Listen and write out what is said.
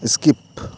skip